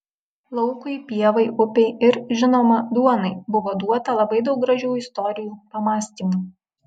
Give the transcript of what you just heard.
laukui pievai upei ir žinoma duonai buvo duota labai daug gražių istorijų pamąstymų